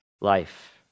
life